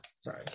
sorry